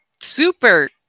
super